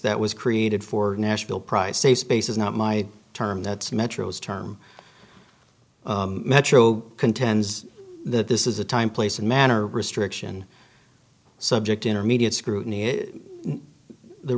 that was created for nashville price a space is not my term that's metro's term metro contends that this is a time place and manner restriction subject intermediate scrutiny